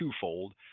twofold